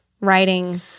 writing